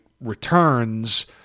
Returns